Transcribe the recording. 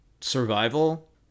survival